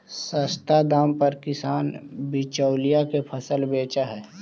सस्ता दाम पर किसान बिचौलिया के फसल बेचऽ हइ